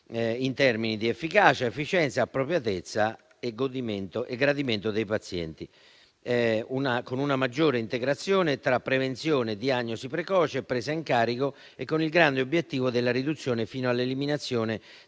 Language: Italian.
in termini di efficacia, efficienza, appropriatezza e gradimento dei pazienti, con una maggiore integrazione tra prevenzione, diagnosi precoce e presa in carico e con il grande obiettivo della riduzione, fino all'eliminazione,